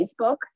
Facebook